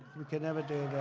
we can never do that.